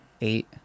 eight